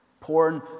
Porn